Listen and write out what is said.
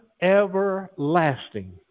everlasting